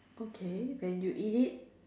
okay then you eat it